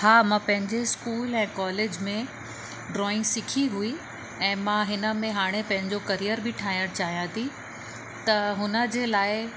हा मां पंहिंजे स्कूल ऐं कॉलेज में ड्रॉइंग सिखी हुई ऐं मां हिन में हाणे पंहिंजो करियर बि ठाहिणु चाहियां थी त हुन जे लाइ